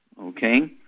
okay